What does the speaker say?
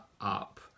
up